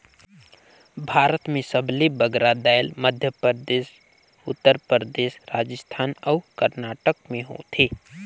भारत में सबले बगरा दाएल मध्यपरदेस परदेस, उत्तर परदेस, राजिस्थान अउ करनाटक में होथे